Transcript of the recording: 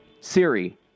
Siri